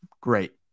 Great